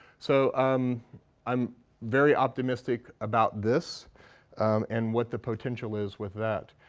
so um i'm very optimistic about this and what the potential is with that.